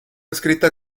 escrita